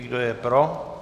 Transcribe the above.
Kdo je pro?